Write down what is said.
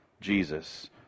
Jesus